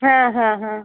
হ্যাঁ হ্যাঁ হ্যাঁ